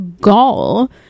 gall